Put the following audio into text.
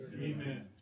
Amen